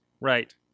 right